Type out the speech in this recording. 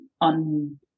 on